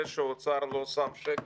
זה שהאוצר לא שם שקל,